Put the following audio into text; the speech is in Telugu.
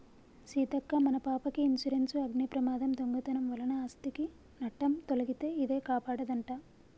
సీతక్క మన పాపకి ఇన్సురెన్సు అగ్ని ప్రమాదం, దొంగతనం వలన ఆస్ధికి నట్టం తొలగితే ఇదే కాపాడదంట